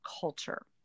culture